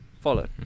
follow